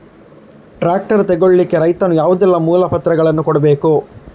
Tractor ತೆಗೊಳ್ಳಿಕೆ ರೈತನು ಯಾವುದೆಲ್ಲ ಮೂಲಪತ್ರಗಳನ್ನು ಕೊಡ್ಬೇಕು?